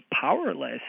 powerless